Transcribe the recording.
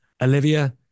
Olivia